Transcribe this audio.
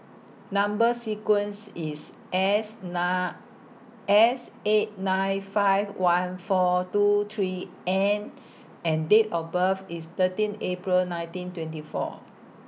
Number sequence IS S nine S eight nine five one four two three N and Date of birth IS thirteen April nineteen twenty four